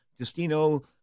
Justino